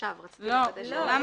תחזור אלי.